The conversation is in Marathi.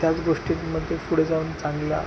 त्याच गोष्टींमध्ये पुढे जाऊन चांगला